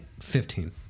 Fifteen